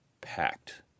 packed